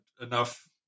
enough